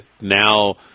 Now